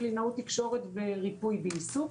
קלינאות תקשורת וריפוי בעיסוק,